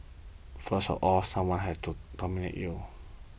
first of all someone has to nominate you